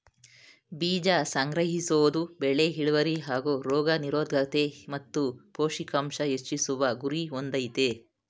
ಬೀಜ ಸಂಗ್ರಹಿಸೋದು ಬೆಳೆ ಇಳ್ವರಿ ಹಾಗೂ ರೋಗ ನಿರೋದ್ಕತೆ ಮತ್ತು ಪೌಷ್ಟಿಕಾಂಶ ಹೆಚ್ಚಿಸುವ ಗುರಿ ಹೊಂದಯ್ತೆ